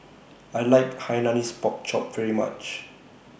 I like Hainanese Pork Chop very much